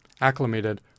acclimated